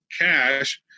cash